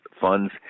funds